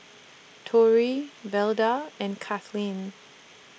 Torry Velda and Cathleen